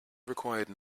required